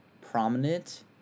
prominent